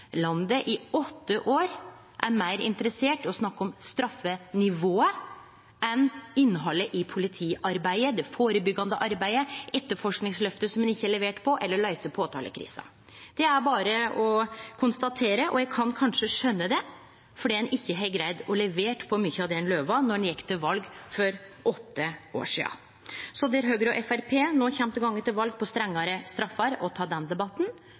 landet i åtte år, er meir interesserte i å snakke om straffenivået enn om innhaldet i politiarbeidet, det førebyggjande arbeidet, etterforskingsløftet, som ein ikkje har levert på, eller å løyse påtalekrisa. Det er berre å konstatere. Eg kan kanskje skjøne det, for ein har ikkje greidd å levere på mykje av det ein lovde då ein gjekk til val for åtte år sidan. Så der Høgre og Framstegspartiet no kjem til å gå til val på strengare straffer og tek den debatten,